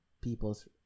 people's